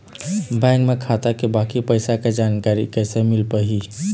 Bank म खाता के बाकी पैसा के जानकारी कैसे मिल पाही?